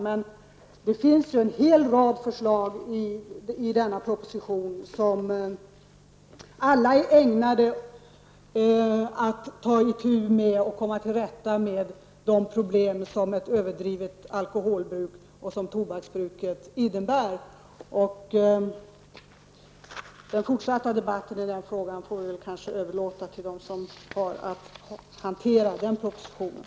Men det finns en hel rad förslag i denna proposition som alla är ägnade att ta itu med och komma till rätta med de problem som ett överdrivet alkoholbruk och tobaksbruk innebär. Den fortsatta debatten i den frågan får vi kanske överlåta till dem som har att hantera den propositionen.